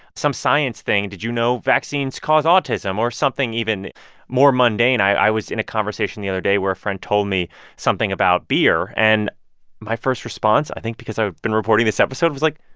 some science thing did you know vaccines cause autism? or something even more mundane. i was in a conversation the other day where a friend told me something about beer. and my first response, i think because i've been reporting this episode, was like,